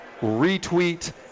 retweet